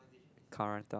current term